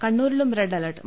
കണ്ണൂരിലും red alert